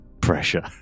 pressure